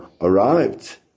arrived